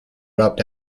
dropped